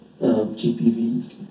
GPV